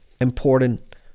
important